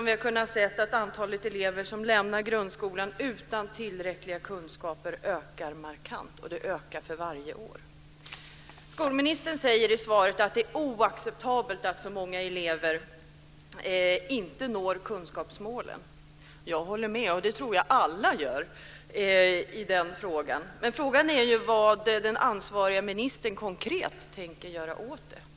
Vi har kunnat se att antalet elever som lämnar grundskolan utan tillräckliga kunskaper ökar markant för varje år. Skolministern säger i svaret att det är oacceptabelt att så många elever inte når kunskapsmålen. Jag håller med - det tror jag alla gör - i den frågan. Men frågan är vad den ansvariga ministern tänker göra åt det konkret.